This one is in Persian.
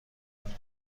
کنین